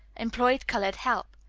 employed colored help.